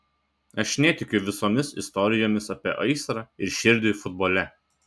aš netikiu visomis istorijomis apie aistrą ir širdį futbole